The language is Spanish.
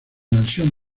mansión